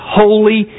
holy